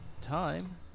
time